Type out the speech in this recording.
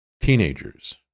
teenagers